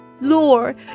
Lord